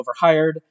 overhired